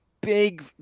big